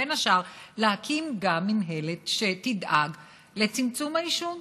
ובין השאר להקים גם מינהלת שתדאג לצמצום העישון.